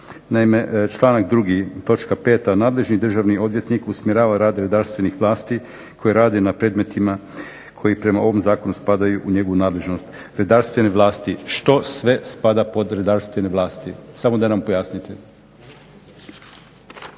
Naime, članak 2. točka 5. nadležni državni odvjetnik usmjerava rad redarstvenih vlasti koje rade na predmetima koji prema ovom zakonu spadaju u njegovu nadležnost. Redarstvene vlasti, što sve spada pod redarstvene vlasti. Samo da nam pojasnite.